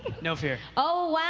no fear. oh,